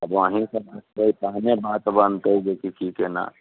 अगुवानी सम्हरतै तहने बात बनतै जेकि की केना